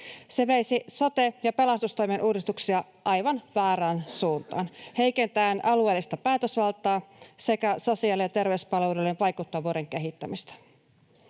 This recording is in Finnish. Se veisi sote- ja pelastustoimen uudistuksia aivan väärään suuntaan heikentäen alueellista päätösvaltaa sekä sosiaali- ja terveyspalveluiden vaikuttavuuden kehittämistä.